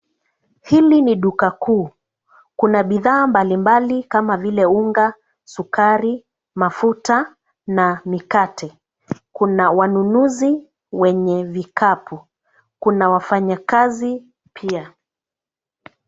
Hili ni duka kuu. Kuna bidhaa mbalimbali kama vile unga, sukari, mafuta na mikate. Kuna wanunuzi wenye vikapu. Kuna wafanyakazi pia.